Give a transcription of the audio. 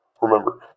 Remember